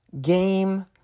game